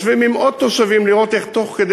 יושבים עם עוד תושבים לראות איך תוך כדי